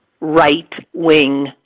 right-wing